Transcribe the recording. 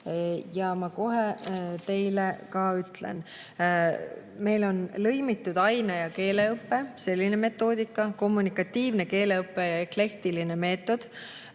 Ja ma kohe teile ka ütlen: meil on lõimitud aine‑ ja keeleõpe, selline metoodika, kommunikatiivne keeleõpe ja eklektiline meetod,